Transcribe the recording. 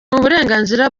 uburenganzira